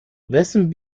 wessen